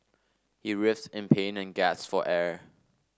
he writhed in pain and gasped for air